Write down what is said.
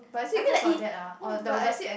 I mean like eh no but I